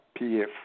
PF